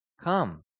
come